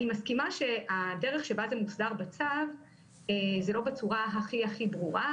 אני מסכימה שהדרך שבה זה מוסדר בצו זה לא בצורה הכי הכי ברורה,